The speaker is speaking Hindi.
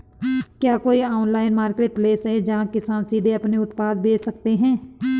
क्या कोई ऑनलाइन मार्केटप्लेस है, जहां किसान सीधे अपने उत्पाद बेच सकते हैं?